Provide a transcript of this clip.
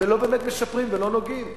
ולא באמת משפרים ולא נוגעים.